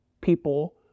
people